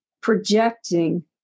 projecting